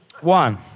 One